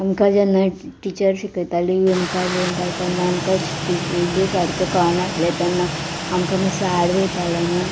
आमकां जेन्ना टिचर शिकयताली विणपाक विणपाक तेन्ना आमकां बी सारकें कळनासलें तेन्ना आमकां मातसो आड वयतालो न्हू